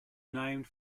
named